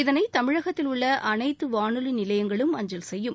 இதனை தமிழகத்தில் அனைத்து வானொலி நிலையங்களும் அஞ்சல் செய்யும்